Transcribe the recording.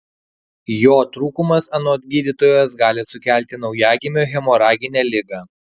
jo trūkumas anot gydytojos gali sukelti naujagimio hemoraginę ligą